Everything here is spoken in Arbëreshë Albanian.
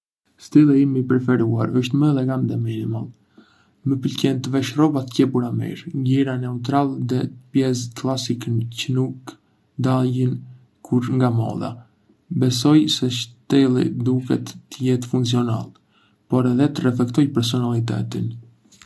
Stili im i preferuar është më elegant dhe minimal. Më pëlqen të vesh rroba të qepura mirë, ngjyra neutrale dhe pjesë klasike që nuk dalin kurrë nga moda. Besoj se stili duhet të jetë funksional, por edhe të reflektojë personalitetin.